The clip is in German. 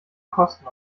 kosten